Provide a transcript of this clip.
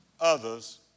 others